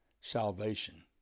salvation